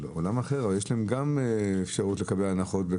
יש להם גם אפשרות לקבל הנחות.